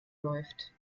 läuft